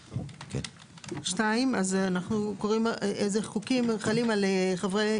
אנחנו קוראים אילו חוקים חלים על חברי